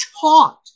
taught